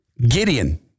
Gideon